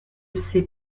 sais